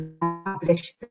publish